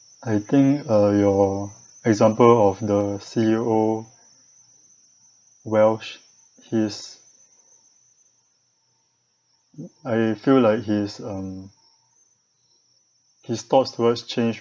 I think uh your example of the C_E_O welch he's I feel like he's um his thoughts towards change